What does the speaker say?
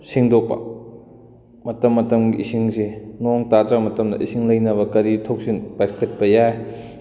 ꯁꯦꯡꯗꯣꯛꯞ ꯃꯇꯝ ꯃꯇꯝꯒꯤ ꯏꯁꯤꯡꯁꯦ ꯅꯣꯡ ꯇꯥꯗ꯭ꯔꯕ ꯃꯇꯝ ꯏꯁꯤꯡ ꯂꯩꯅꯕ ꯀꯔꯤ ꯊꯧꯁꯤꯟ ꯄꯥꯏꯈꯠꯄ ꯌꯥꯏ